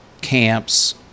camps